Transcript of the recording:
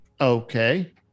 Okay